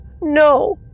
no